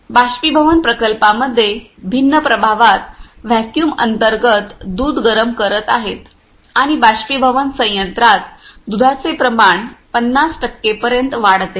बाष्पीभवन प्रकल्पामध्ये भिन्न प्रभावात व्हॅक्यूम अंतर्गत दूध गरम करत आहे आणि बाष्पीभवन संयंत्रात दुधाचे प्रमाण 50 पर्यंत वाढते